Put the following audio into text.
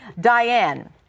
Diane